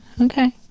Okay